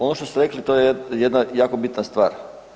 Ono što ste rekli, to je jedna jako bitna stvar.